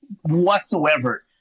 whatsoever